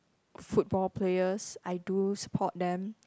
football players I do support them